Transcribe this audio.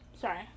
Sorry